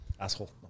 Asshole